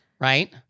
right